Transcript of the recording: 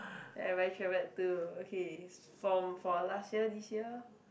where have I travelled to okay from for last year this year